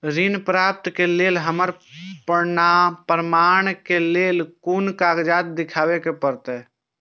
ऋण प्राप्त के लेल हमरा प्रमाण के लेल कुन कागजात दिखाबे के परते?